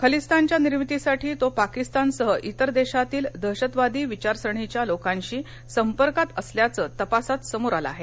खालीस्तानच्या निर्मितीसाठी तो पाकिस्तानसह त्रिर देशातील दहशतवादी विचारसरणीच्या लोकांशी संपर्कात असल्याचं तपासात समोर आलं आहे